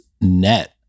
net